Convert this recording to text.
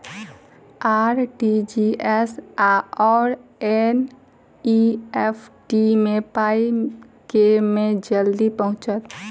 RTGS आओर NEFT मे पाई केँ मे जल्दी पहुँचत?